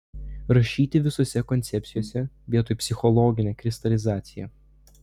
rašyti visose koncepcijose vietoj psichologinė kristalizacija